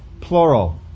Plural